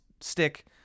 stick